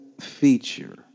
feature